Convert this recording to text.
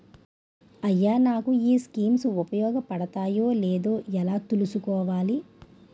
అయ్యా నాకు ఈ స్కీమ్స్ ఉపయోగ పడతయో లేదో ఎలా తులుసుకోవాలి?